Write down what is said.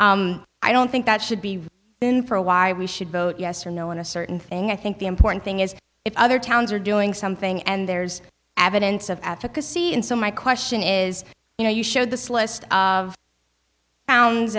doing i don't think that should be in for a why we should vote yes or no on a certain thing i think the important thing is if other towns are doing something and there's evidence of advocacy and so my question is you know you showed this list of